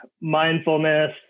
mindfulness